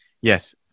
Yes